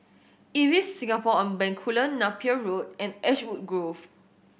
Ibis Singapore On Bencoolen Napier Road and Ashwood Grove